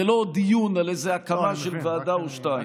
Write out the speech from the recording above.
זה לא דיון על איזה הקמה של ועדה או שתיים.